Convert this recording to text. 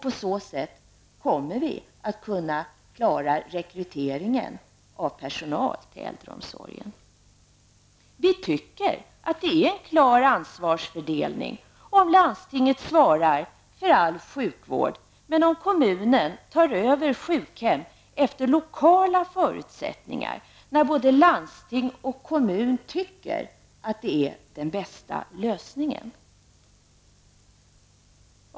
På så sätt kommer vi att kunna klara rekryteringen av personal till äldreomsorgen. Vi tycker att det är en klar ansvarsfördelning om landstinget svarar för all sjukvård och om kommunen tar över sjukhem efter lokala förutsättningar, när både landsting och kommun anser att detta är den bästa lösningen.